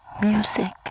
music